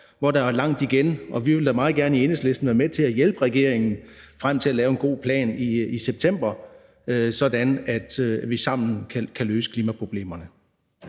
t, der er langt igen, og vi vil da meget gerne i Enhedslisten være med til at hjælpe regeringen frem til at lave en god plan i september, sådan at vi sammen kan løse klimaproblemerne.